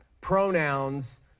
pronouns